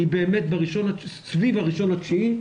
היא באמת סביב ה-1.9,